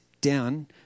down